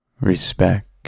Respect